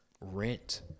rent